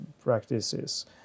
practices